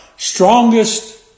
Strongest